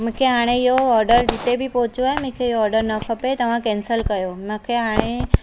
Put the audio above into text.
मूंखे हाणे इहो ऑडर जिते बि पहुचो आहे मूंखे ऑडर न खपे तव्हां कैंसिल कयो मूंखे हाणे